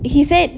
he said